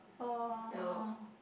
oh oh oh